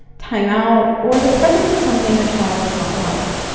timeout, or the presence of something that child does not like.